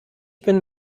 bin